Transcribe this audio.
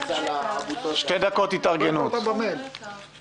אבל אי אפשר לצפות מאיתנו לשלם את אותו תשלום לפעילות מופחתת,